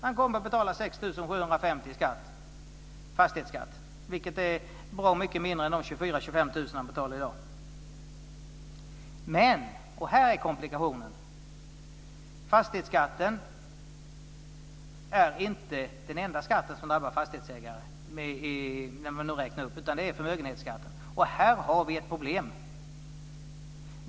Han kommer att betala 6 750 kr i fastighetsskatt, vilket är bra mycket mindre än de 24 000 25 000 kr han betalar i dag. Men, och här är komplikationen, fastighetsskatten är inte den enda skatt som drabbar fastighetsägare när man räknar upp taxeringsvärdet. Det är förmögenhetsskatten. Här har vi ett problem.